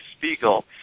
Spiegel